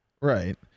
Right